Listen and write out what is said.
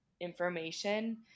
information